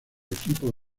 equipo